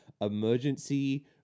emergency